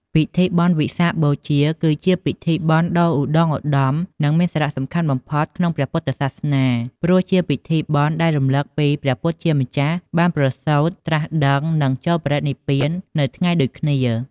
ពិធីបុណ្យវិសាខបូជា គឺជាពិធីបុណ្យដ៏ឧត្ដុង្គឧត្ដម និងមានសារៈសំខាន់បំផុតក្នុងព្រះពុទ្ធសាសនា ព្រោះជាពិធីបុណ្យដែលរំលឹកពីព្រះពុទ្ធជាម្ចាស់ បានប្រសូត ត្រាស់ដឹង និងចូលបរិនិព្វាននៅថ្ងៃដូចគ្នា។